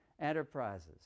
enterprises